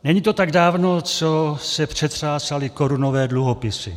Není to tak dávno, co se přetřásaly korunové dluhopisy.